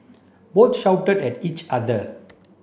both shouted at each other